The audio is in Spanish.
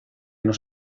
nos